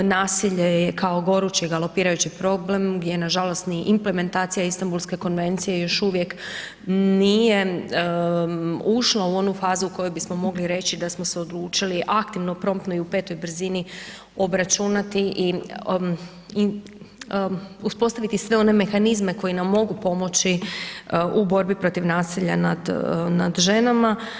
Nasilje kao gorući galupirajući problem gdje na žalost ni implementacija Istambulske konvencije još uvijek nije ušla u onu fazu u kojoj bismo mogli reći da smo se odlučili aktivno promptno i u petoj brzini obračunati i uspostaviti sve one mehanizme koji nam mogu pomoći u borbi protiv nasilja nad ženama.